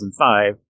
2005